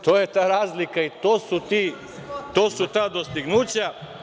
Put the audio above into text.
To je ta razlika i to su ta dostignuća.